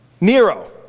Nero